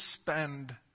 spend